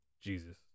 jesus